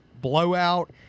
blowout